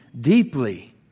deeply